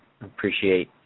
appreciate